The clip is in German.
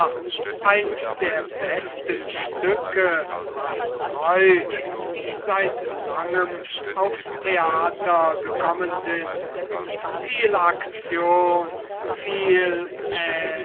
eins der besten stücke mein treu die seit langem aufs theater gekommen sind viel